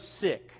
sick